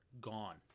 gone